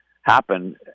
happen